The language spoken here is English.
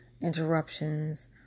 interruptions